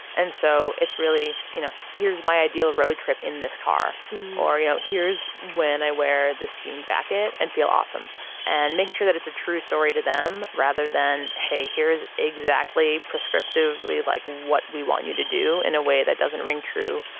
and so it's really you know here's my ideal road trip in this car or you know here's when i wear this jean jacket and feel awesome and make sure that it's a true story to them rather than hey here's exactly prescriptive lead like what we want you to do in a way that doesn't ring true.